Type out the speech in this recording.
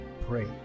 pray